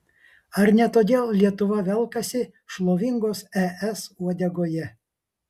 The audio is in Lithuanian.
ar ne todėl lietuva velkasi šlovingos es uodegoje